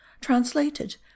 translated